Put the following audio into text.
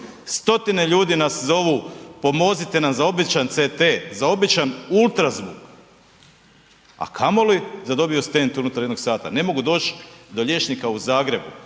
Stotine ljudi nas zovu za obećani CT, za običan ultrazvuk, a kamoli da dobiju stent unutar jednoga sata. Ne mogu doći do liječnika u Zagrebu,